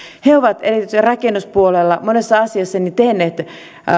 he ovat erityisesti rakennuspuolella monessa asiassa tehneet